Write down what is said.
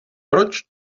proč